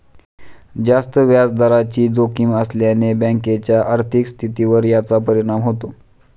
जास्त व्याजदराची जोखीम असल्याने बँकेच्या आर्थिक स्थितीवर याचा परिणाम होतो